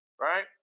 Right